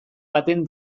baten